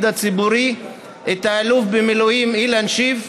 הציבורי את האלוף במילואים אילן שיף,